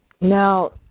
Now